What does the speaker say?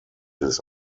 des